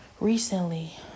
recently